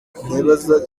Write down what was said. nkibaza